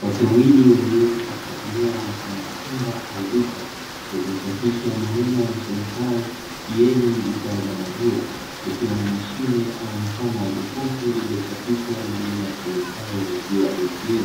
Watu wawili waliopo katika eneo mfano wa chumba au duka, lililochapishwa maneno yasomekayo,"KIENI bidhaa za maziwa", likiwa na mashine au mfano wa jokofu lililochapishwa maneno yasomekayo "Maziwa ATM",